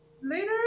later